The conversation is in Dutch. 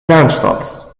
zaanstad